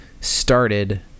started